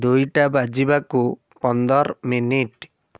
ଦୁଇଟା ବାଜିବାକୁ ପନ୍ଦର ମିନିଟ୍